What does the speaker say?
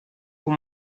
com